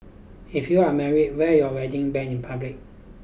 if you're married wear your wedding band in public